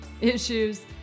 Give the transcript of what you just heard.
issues